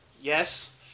yes